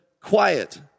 quiet